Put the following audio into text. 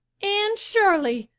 anne shirley!